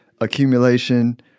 accumulation